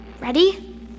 Ready